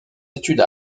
études